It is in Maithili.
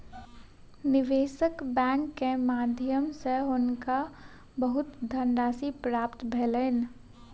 निवेशक बैंक के माध्यम सॅ हुनका बहुत धनराशि प्राप्त भेलैन